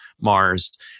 Mars